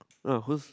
nah who's